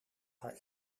haar